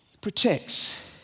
protects